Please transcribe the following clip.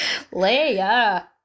Leia